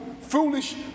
foolish